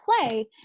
play